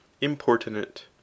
importunate